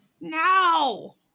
no